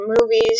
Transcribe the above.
movies